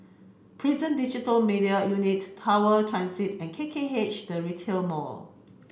Prison Digital Media Unit Tower Transit and K K H The Retail Mall